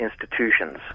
institutions